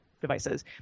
devices